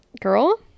girl